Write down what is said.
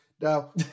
Now